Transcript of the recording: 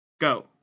Go